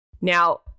Now